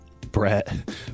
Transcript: Brett